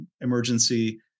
Emergency